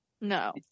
no